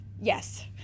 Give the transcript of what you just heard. Yes